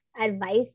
advice